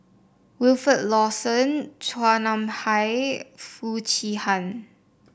Wilfed Lawson Chua Nam Hai Foo Chee Han